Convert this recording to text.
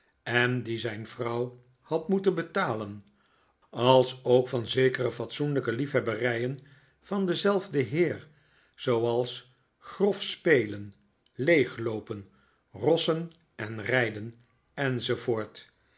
en die zijn vrouw had moeten betalen alsook van zekere fatsoenlijke liefhebberijen van denzelfden heer zooals grof spelen leegloopen rossen en rijden